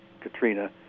Katrina